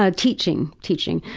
ah teaching. teaching.